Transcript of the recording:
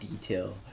detail